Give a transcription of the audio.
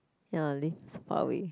ya lives far away